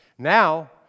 Now